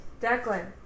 Declan